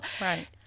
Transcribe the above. Right